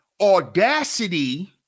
audacity